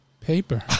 paper